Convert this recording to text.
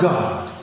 God